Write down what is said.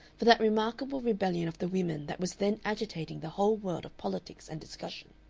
for that remarkable rebellion of the women that was then agitating the whole world of politics and discussion.